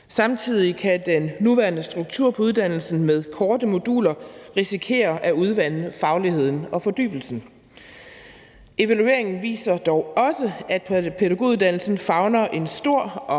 Samtidig kan den nuværende struktur på uddannelsen med korte moduler risikere at udvande fagligheden og fordybelsen. Evalueringen viser dog også, at pædagoguddannelsen favner en stor og